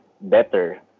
better